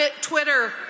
Twitter